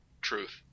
truth